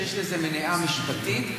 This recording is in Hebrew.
שיש לזה מניעה משפטית.